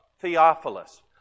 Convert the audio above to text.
Theophilus